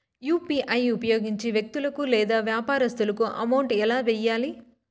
UPI ఉపయోగించి వ్యక్తులకు లేదా వ్యాపారస్తులకు అమౌంట్ ఎలా వెయ్యాలి